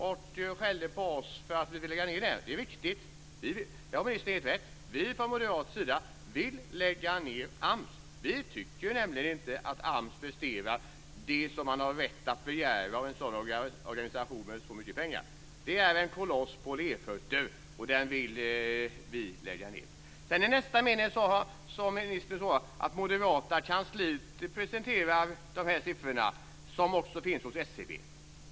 Han skällde på oss och sade att vi vill lägga ned AMS. Det är riktigt. Där har ministern helt rätt. Vi från moderat sida vill lägga ned AMS. Vi tycker nämligen inte att AMS presterar det som man har rätt att begära av en sådan organisation med så mycket pengar. Den är en koloss på lerfötter, och den vill vi lägga ned. I nästa mening sade ministern att det är Moderaternas kansli som har presenterat siffrorna, som också finns hos SCB.